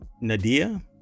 nadia